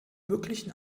möglichen